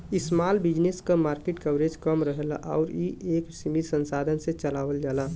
small business क market coverage कम रहला आउर इ एक सीमित संसाधन से चलावल जाला